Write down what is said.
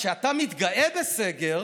כשאתה מתגאה בסגר